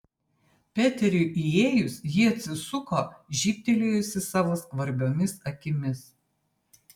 peteriui įėjus ji atsisuko žybtelėjusi savo skvarbiomis akimis